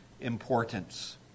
importance